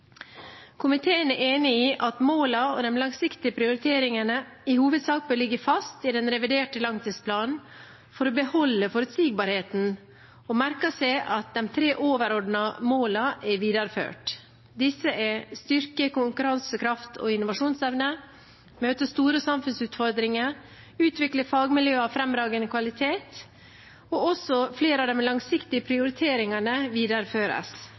Komiteen er enig i at målene og de langsiktige prioriteringene i hovedsak bør ligge fast i den reviderte langtidsplanen for å beholde forutsigbarheten, og merker seg at de tre overordnede målene er videreført. Disse er: styrket konkurransekraft og innovasjonsevne møte store samfunnsutfordringer utvikle fagmiljøer av fremragende kvalitet Også flere av de langsiktige prioriteringene videreføres: